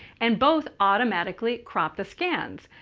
and both automatically crop the scans.